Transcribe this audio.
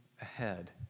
ahead